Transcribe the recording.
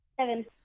Seven